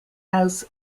house